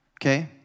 Okay